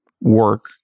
work